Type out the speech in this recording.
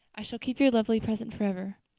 i shall keep your lovely present forever.